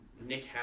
Nick